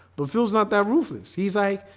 but phil's not that ruthless he's like,